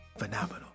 Phenomenal